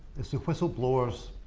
it's the whistleblowers